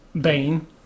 Bane